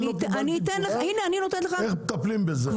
על זה לא קיבלתי תשובה, איך מטפלים בזה.